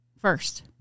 first